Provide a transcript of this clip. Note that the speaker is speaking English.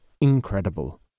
incredible